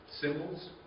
symbols